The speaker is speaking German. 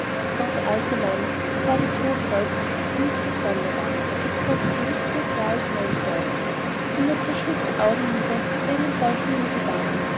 und der alte mann es war der tod selbst der nickte sonderbar das konnte ebenso gut ja als nein bedeuten die mutter schlug die augen nieder und die thränen rollten ihr über die wangen